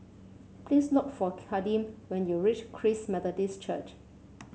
please look for Kadeem when you reach Christ Methodist Church